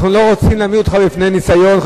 אנחנו לא רוצים להעמיד אותך בפני ניסיון.